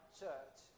church